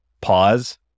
pause